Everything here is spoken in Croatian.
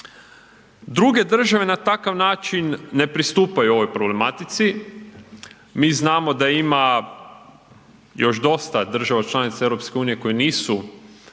Druge države na takav način ne pristupaju ovoj problematici. Mi znamo da ima još dosta država članica EU koje nisu